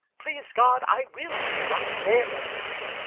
please god, i will be right ware of them,